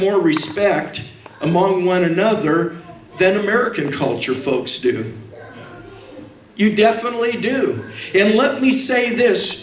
more respect among one another than american culture folks do you definitely do let me say this